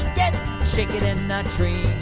get chicken in that tree.